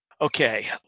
Okay